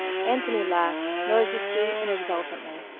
anthony laughed, noiselessly and exultantly,